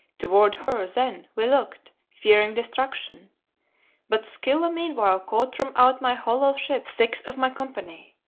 toward her, then, we looked, fearing destruction but scylla meanwhile caught from out my hollow ships six of my company.